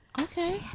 Okay